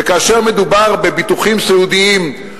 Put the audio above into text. וכאשר מדובר בביטוחים סיעודיים,